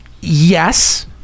Yes